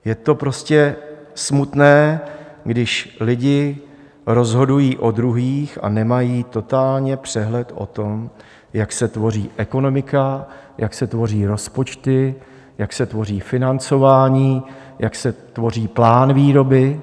Je to prostě smutné, když lidé rozhodují o druhých a nemají totálně přehled o tom, jak se tvoří ekonomika, jak se tvoří rozpočty, jak se tvoří financování, jak se tvoří plán výroby.